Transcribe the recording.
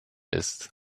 ist